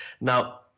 Now